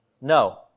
No